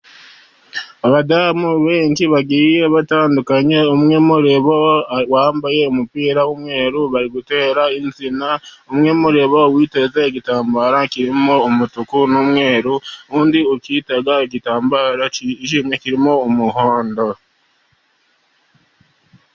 Abadamu benshi bagiye batandukanye umwe muri bo wambaye umupira w'umweru bari gutera insina. Umwe muri bo witeze igitambara kirimo umutuku n'umweru. Undi ukitega igitambaro cyijimye kirimo umuhondo.